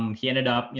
um he ended up, you